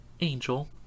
Angel